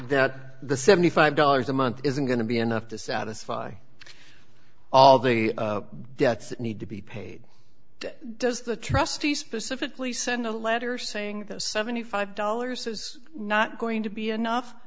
that the seventy five dollars a month isn't going to be enough to satisfy all the debts that need to be paid does the trustee specifically send a letter saying those seventy five dollars is not going to be enough